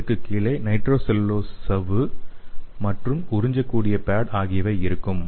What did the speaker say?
அதற்கு கீழே nitro cellulose சவ்வு மற்றும் உறிஞ்சக்கூடிய பேட் ஆகியவை இருக்கும்